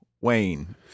Wayne